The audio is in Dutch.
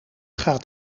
gaat